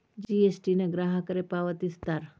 GST ನ ಗ್ರಾಹಕರೇ ಪಾವತಿಸ್ತಾರಾ